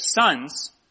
sons